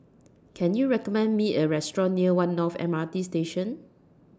Can YOU recommend Me A Restaurant near one North M R T Station